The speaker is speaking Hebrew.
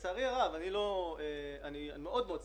אני מאוד מאוד שמח,